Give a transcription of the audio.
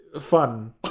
fun